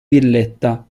villetta